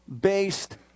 based